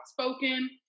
outspoken